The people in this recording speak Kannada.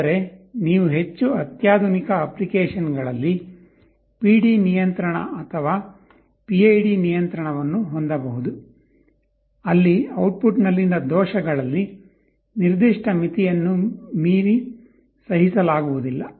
ಆದರೆ ನೀವು ಹೆಚ್ಚು ಅತ್ಯಾಧುನಿಕ ಅಪ್ಲಿಕೇಶನ್ಗಳಲ್ಲಿ PD ನಿಯಂತ್ರಣ ಅಥವಾ PID ನಿಯಂತ್ರಣವನ್ನು ಹೊಂದಬಹುದು ಅಲ್ಲಿ ಔಟ್ಪುಟ್ನಲ್ಲಿನ ದೋಷಗಳಲ್ಲಿ ನಿರ್ದಿಷ್ಟ ಮಿತಿಯನ್ನು ಮೀರಿ ಸಹಿಸಲಾಗುವುದಿಲ್ಲ